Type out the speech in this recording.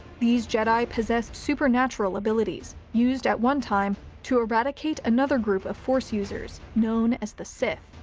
these jedi possessed supernatural abilities, used at one time, to eradicate another group of force users, known as the sith.